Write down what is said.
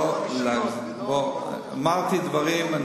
אמרתי דברים,